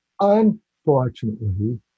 unfortunately